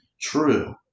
True